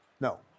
No